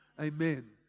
Amen